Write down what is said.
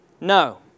No